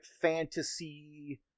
fantasy